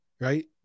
right